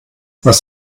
was